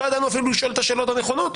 לא ידענו אפילו לשאול את השאלות הנכונות,